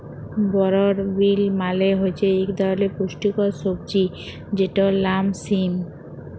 বরড বিল মালে হছে ইক ধরলের পুস্টিকর সবজি যেটর লাম সিম